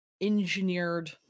engineered